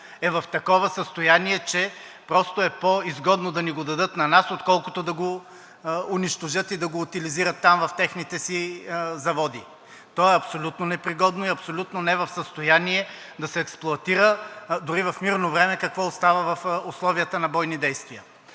е в такова състояние, че просто е по-изгодно да ни го дадат на нас, отколкото да го унищожат и да го утилизират там, в техните заводи. То е абсолютно непригодно и абсолютно не е в състояние да се експлоатира дори в мирно време, какво остава в условията на бойни действия!